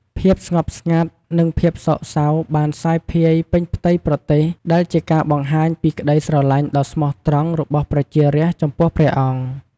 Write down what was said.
ភាពស្ងប់ស្ងាត់ និងភាពសោកសៅបានសាយភាយពេញផ្ទៃប្រទេស ដែលជាការបង្ហាញពីក្ដីស្រឡាញ់ដ៏ស្មោះត្រង់របស់ប្រជារាស្ត្រចំពោះព្រះអង្គ។